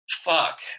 fuck